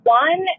one